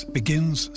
begins